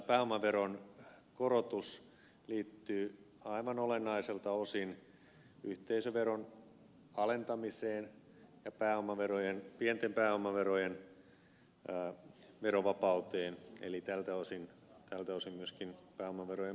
pääomaveron korotus liittyy aivan olennaisilta osin yhteisöveron alentamiseen ja pienten pääomaverojen verovapauteen eli tältä osin myöskin pääomaverojen progressioon